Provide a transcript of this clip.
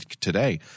today